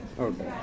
okay